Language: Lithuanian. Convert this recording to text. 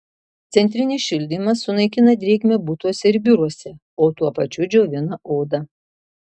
centrinis šildymas sunaikina drėgmę butuose ir biuruose o tuo pačiu džiovina odą